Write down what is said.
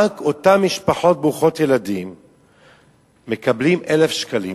רק אותן משפחות ברוכות ילדים מקבלות 1,000 שקלים,